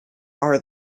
are